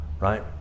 Right